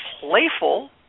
playful